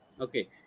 Okay